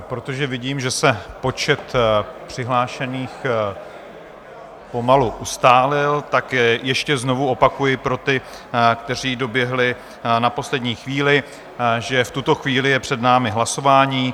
Protože vidím, že se počet přihlášených pomalu ustálil, tak ještě znovu opakuji pro ty, kteří doběhli na poslední chvíli, že v tuto chvíli je před námi hlasování.